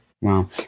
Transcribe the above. Wow